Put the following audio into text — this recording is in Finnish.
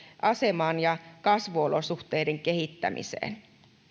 aseman ja kasvuolosuhteiden kehittämiseen